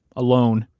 alone,